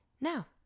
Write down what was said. Now